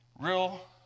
real